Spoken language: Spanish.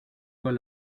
con